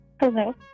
Hello